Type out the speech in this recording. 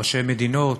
ראשי מדינות,